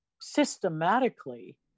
systematically